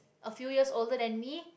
a few years older than me